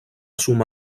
suma